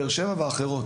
באר שבע ואחרות,